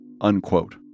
Unquote